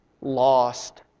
lost